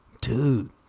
Dude